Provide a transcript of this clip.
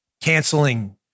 Canceling